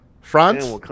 France